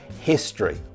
history